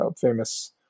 famous